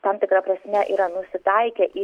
tam tikra prasme yra nusitaikę į